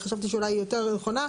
חשבתי שהיא אולי יותר נכונה.